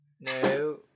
No